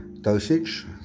Dosage